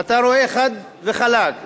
ואתה רואה חד וחלק,